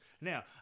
Now